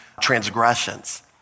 transgressions